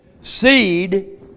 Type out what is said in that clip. seed